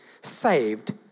saved